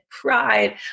pride